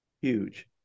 huge